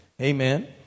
Amen